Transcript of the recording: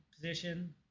position